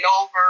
over